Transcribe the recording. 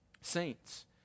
saints